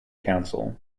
council